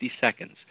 seconds